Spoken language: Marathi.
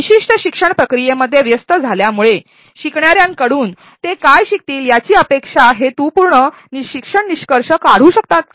विशिष्ट शिक्षण प्रक्रियेमध्ये व्यस्त झाल्यामुळे शिकणाऱ्यांकडून ते काय शिकतील याची अपेक्षा हेतू पूर्ण शिक्षण निष्कर्ष काढू शकतात का